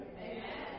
Amen